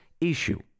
issue